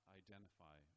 identify